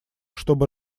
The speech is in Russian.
чтобы